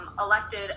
elected